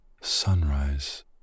Sunrise